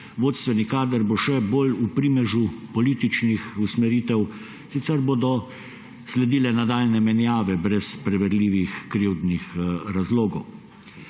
Vodstveni kader bo še bolj v primežu političnih usmeritev, sicer bodo sledile nadaljnje menjave brez preverljivih krivdnih razlogov.